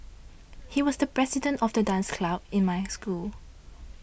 he was the president of the dance club in my school